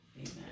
Amen